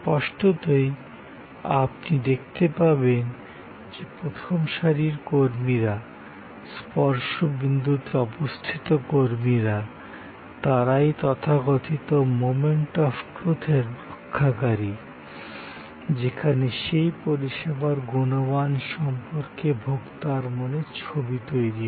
স্পষ্টতই আপনি দেখতে পাবেন যে প্রথম সারির কর্মীরা স্পর্শ বিন্দুতে অবস্থিত কর্মীরা তারাই তথাকথিত মোমেন্ট অফ ট্রুথের রক্ষাকারী যেখানে সেই পরিষেবার গুণমান সম্পর্কে ভোক্তার মনে ছবি তৈরি হয়